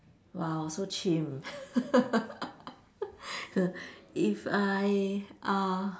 !wow! so chim if I uh